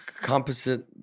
composite